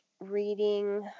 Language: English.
reading